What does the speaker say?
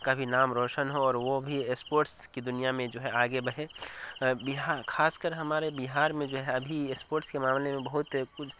کا بھی نام روشن ہو اور وہ بھی اسپورٹس کی دنیا میں جو ہے آگے بڑھے بہار خاص کر ہمارے بہار میں جو ہے ابھی اسپورٹس کے معاملے میں بہت کچھ